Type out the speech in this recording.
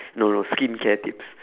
no no skincare tips